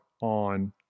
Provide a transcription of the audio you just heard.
on